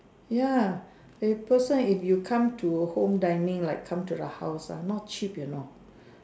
ya per person if you come to home dining like come to the house ah not cheap you know